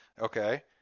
Okay